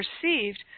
perceived